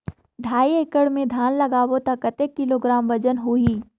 ढाई एकड़ मे धान लगाबो त कतेक किलोग्राम वजन होही?